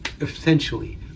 essentially